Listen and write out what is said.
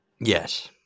Yes